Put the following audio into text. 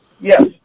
Yes